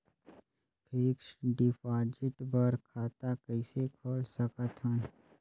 Fixed deposit बर खाता कइसे खोल सकत हन?